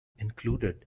included